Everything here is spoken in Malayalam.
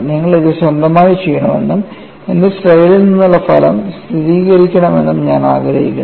നിങ്ങൾ ഇത് സ്വന്തമായി ചെയ്യണമെന്നും എന്റെ സ്ലൈഡിൽ നിന്നുള്ള ഫലം സ്ഥിരീകരിക്കണമെന്നും ഞാൻ ആഗ്രഹിക്കുന്നു